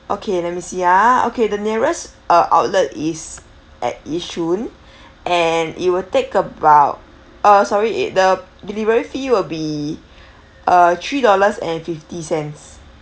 okay let me see ah okay the nearest uh outlet is at yishun and it will take about uh sorry it the delivery fee will be uh three dollars and fifty cents